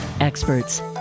experts